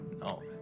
No